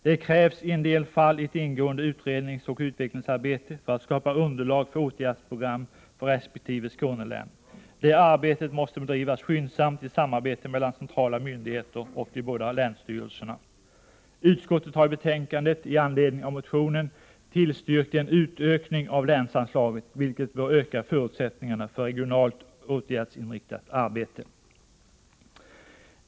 Det krävs i en del fall ett ingående utredningsoch utvecklingsarbete för att skapa underlag för åtgärdsprogram för resp. Skånelän. Det arbetet måste bedrivas skyndsamt i samarbete mellan centrala myndigheter och de båda länsstyrelserna. Utskottet har i betänkandet, i anledning av motionen, tillstyrkt en utökning av länsanslaget, vilket bör öka förutsättningarna för regionalt åtgärdsinriktat arbete.